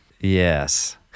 yes